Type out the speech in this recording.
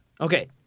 Okay